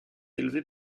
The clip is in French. élevé